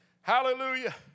Hallelujah